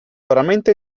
veramente